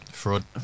fraud